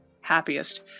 happiest